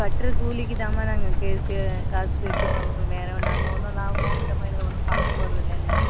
கட்டுற கூலிக்கு தாம்மா நாங்கள் கே சே காசு சேர்த்து வாங்குகிறோம் வேறு ஒன்றும் நாங்கள் லாபமோ நட்டமோ இதில் ஒன்றும் பார்க்கப் போறதுல்லைல்ல